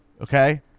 Okay